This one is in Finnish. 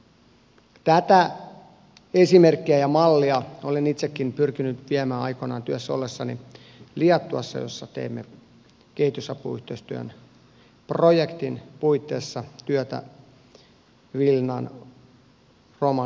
tätä esimerkkiä ja mallia olen itsekin pyrkinyt viemään eteenpäin aikoinaan työssä ollessani liettuassa jossa teimme kehitysapuyhteistyön projektin puitteissa työtä vilnan romanikylässä